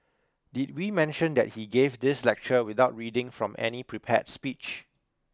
did we mention that he gave this lecture without reading from any prepared speech